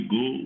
go